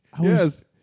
Yes